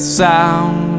sound